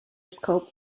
scope